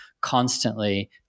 constantly